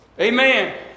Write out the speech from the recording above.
Amen